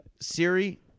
Siri